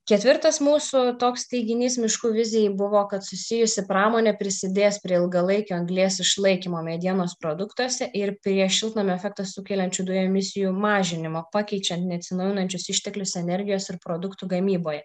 ketvirtas mūsų toks teiginys miškų vizijai buvo kad susijusi pramonė prisidės prie ilgalaikio anglies išlaikymo medienos produktuose ir prie šiltnamio efektą sukeliančių dujų emisijų mažinimo pakeičiant neatsinaujinančius išteklius energijos ir produktų gamyboje